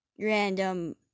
random